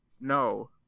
no